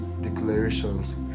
declarations